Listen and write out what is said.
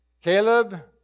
Caleb